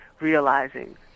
realizing